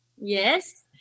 Yes